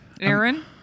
Aaron